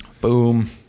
boom